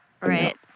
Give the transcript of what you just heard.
Right